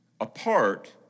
apart